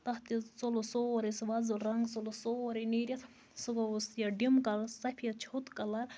تَتھ تہِ ژوٚلُس سورُے سُہ وۄزُل رَنٛگ سُہ گوٚو سورُے نیٖرِتھ سُہ گوٚوُس یہِ ڈِم کَلر سفیٖد چھوٚت کَلر